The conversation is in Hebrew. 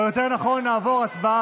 או יותר נכון, נעבור הצבעה-הצבעה.